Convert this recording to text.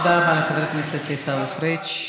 תודה רבה, חבר הכנסת עיסאווי פריג'.